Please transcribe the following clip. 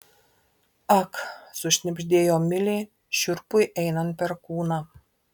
ak sušnibždėjo milė šiurpui einant per kūną